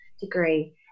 degree